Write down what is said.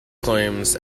claims